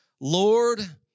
Lord